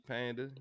Panda